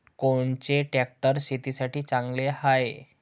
कोनचे ट्रॅक्टर शेतीसाठी चांगले हाये?